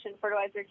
Fertilizer